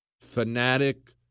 Fanatic